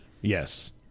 Yes